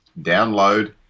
download